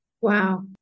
Wow